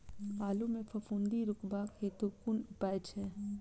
आलु मे फफूंदी रुकबाक हेतु कुन उपाय छै?